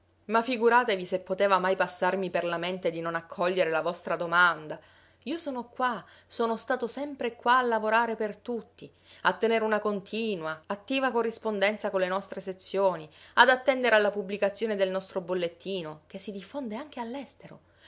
ma figuratevi se poteva mai passarmi per la mente di non accogliere la vostra domanda io sono qua sono stato sempre qua a lavorare per tutti a tenere una continua attiva corrispondenza con le nostre sezioni ad attendere alla pubblicazione del nostro bollettino che si diffonde anche